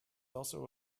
also